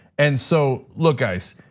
and so, look, guys,